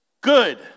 Good